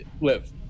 live